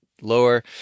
lower